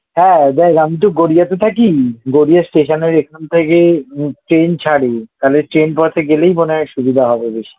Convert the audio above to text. হ্যাঁ দেখ আমি তো গড়িয়াতে থাকি গড়িয়া স্টেশানের এখান থেকে ট্রেন ছাড়ে তাহলে ট্রেন পথে গেলেই মনে হয় সুবিধা হবে বেশি